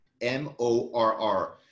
M-O-R-R